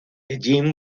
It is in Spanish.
jim